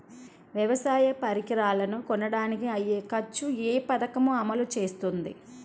వ్యవసాయ పరికరాలను కొనడానికి అయ్యే ఖర్చు ఏ పదకము అమలు చేస్తుంది?